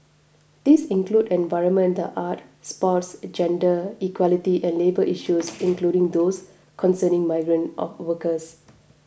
these include the environment the arts sports gender equality and labour issues including those concerning migrant or workers